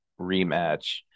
rematch